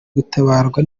gutabarwa